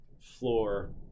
floor